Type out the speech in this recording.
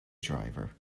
driver